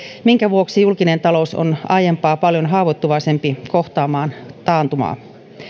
minkä vuoksi julkinen talous on aiempaa paljon haavoittuvaisempi kohtaamaan taantumaa